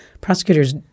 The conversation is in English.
prosecutors